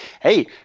hey